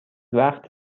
وقت